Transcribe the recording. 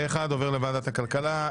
עובר לוועדת הכלכלה.